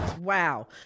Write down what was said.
Wow